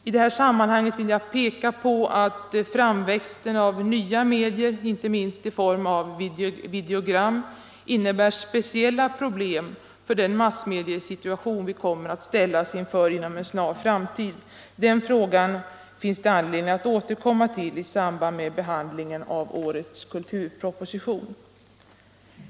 I det här sammanhanget vill jag peka på att framväxten av nya medier, inte minst i form av videogram, innebär speciella problem för den massmediesituation vi kommer att ställas inför inom en snar framtid. Den frågan finns det anledning att återkomma till i samband med behandlingen av årets kulturproposition.